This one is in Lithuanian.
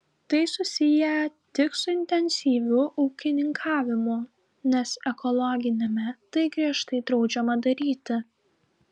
tai susiję tik su intensyviu ūkininkavimu nes ekologiniame tai griežtai draudžiama daryti